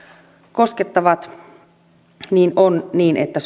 koskettavat on niin että